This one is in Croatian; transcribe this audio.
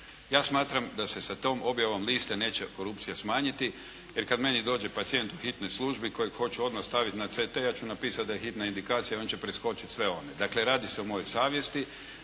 Ja smatram da se sa tom objavom lista neće korupcija smanjiti, jer kada meni dođe pacijent u hitnoj službi kojeg hoću odmah staviti na CT ja ću napisati da je hitna indikacija i on će preskočit sve one. Dakle radi se o mojoj savjesti,